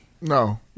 No